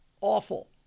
awful